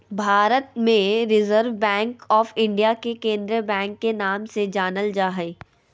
भारत मे reserve bank of India के केंद्रीय बैंक के नाम से जानल जा हय